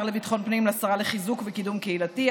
לביטחון הפנים לשרה לחיזוק וקידום קהילתי.